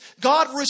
God